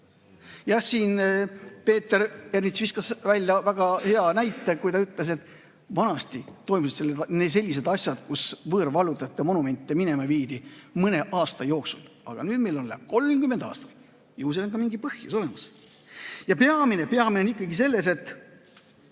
Jah, siin Peeter Ernits viskas väga hea näite, kui ta ütles, et vanasti toimusid sellised asjad, kui võõrvallutajate monumente minema viidi, mõne aasta jooksul, aga meil läheb 30 aastat. Ju on sellel mingi põhjus. Peamine on ikkagi see, et